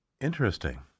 Interesting